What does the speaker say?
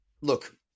Look